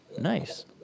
Nice